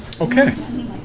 Okay